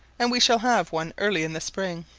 and we shall have one early in the spring.